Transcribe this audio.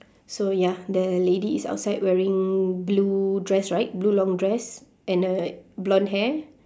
so ya the lady is outside wearing blue dress right blue long dress and uh blonde hair